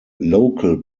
local